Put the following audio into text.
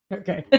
okay